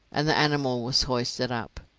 and the animal was hoisted up.